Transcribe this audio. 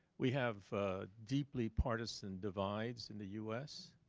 we have deeply partisan divides in the us,